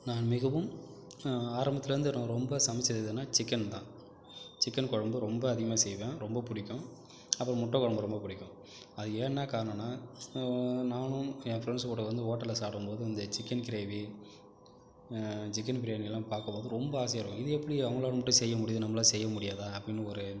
நான் மிகவும் ஆரம்பத்திலேருந்தே நான் ரொம்ப சமைச்சது எதுனா சிக்கன் தான் சிக்கன் குழம்பு ரொம்ப அதிகமாக செய்வேன் ரொம்ப பிடிக்கும் அப்புறம் முட்டை குழம்பு ரொம்ப பிடிக்கும் அது ஏனால் காரணம்னா நானும் என் ஃப்ரெண்ட்ஸ் கூட வந்து ஹோட்டலில் சாப்பிடும் போது வந்து சிக்கன் கிரேவி சிக்கன் பிரியாணியெல்லாம் பார்க்கும் போது ரொம்ப ஆசையாக இருக்கும் இது எப்படி அவங்களால் மட்டும் செய்ய முடியுது நம்மளால் செய்ய முடியாதா அப்படின்னு ஒரு